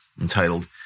entitled